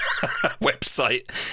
website